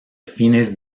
fines